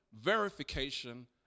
verification